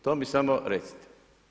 To mi samo recite.